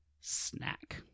snack